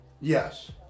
Yes